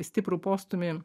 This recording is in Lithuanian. stiprų postūmį